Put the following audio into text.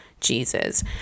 Jesus